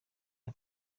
rya